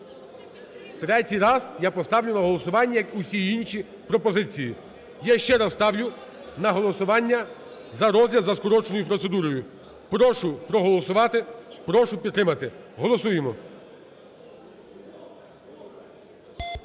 третій раз я поставлю на голосування, як всі інші пропозиції. Я ще раз ставлю на голосування на розгляд за скороченою процедурою. Прошу проголосувати. Прошу підтримати. Голосуємо.